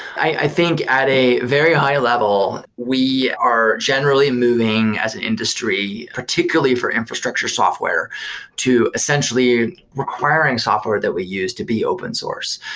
i think at a very high level, we are generally moving as an industry particularly for infrastructure software to essentially requiring software that we use to be open source.